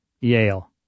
Yale